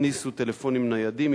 הכניסו טלפונים ניידים,